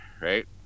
right